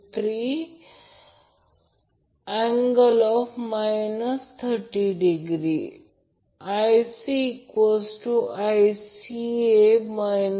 तर IAB ICA Vab लिहा आणि Vca Vab अँगल 240oआहे हे माहित आहे